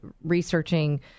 researching